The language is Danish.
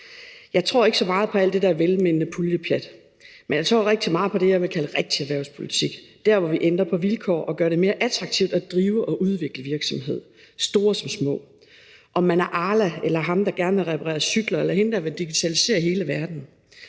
Jeg tror ikke så meget på alt det der velmenende puljepjat, men jeg tror rigtig meget på det, jeg vil kalde rigtig erhvervspolitik. Det er der, hvor vi ændrer på vilkår og gør det mere attraktivt at drive og udvikle virksomheder, store som små – om man er Arla eller ham, der gerne vil reparere cykler, eller hende, der vil digitalisere hele verden